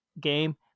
game